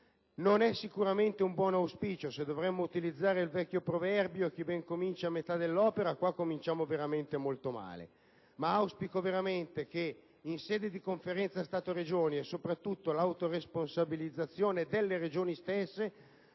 Non è sicuramente un buon auspicio. Se dovessimo utilizzare il vecchio proverbio «chi ben comincia è a metà dell'opera», cominciamo veramente molto male. Auspico, però, che in sede di Conferenza Stato-Regioni e soprattutto per l'autoresponsabilizzazione delle Regioni stesse,